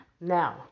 Now